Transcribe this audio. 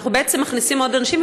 אנחנו בעצם מכניסים עוד אנשים,